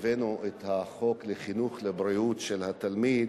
שהבאנו את החוק לחינוך לבריאות התלמיד,